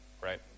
right